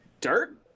Dirt